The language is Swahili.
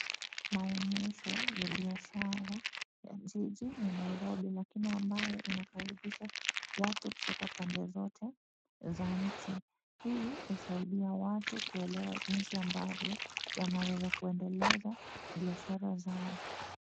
Maonyesho ya biashara ya jiji ya Nairobi lakini ambayo inakaribisha watu kutoka pande zote za nchi. Hii husaidia watu kuelewa jinsi ambavyo wanaweza kuendeleza biashara zao.